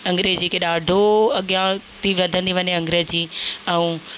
अंग्रेजीअ खे ॾाढो अॻियां थी वधंदी वञे अंग्रेजी ऐं